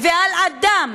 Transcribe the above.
ועל הדם